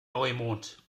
neumond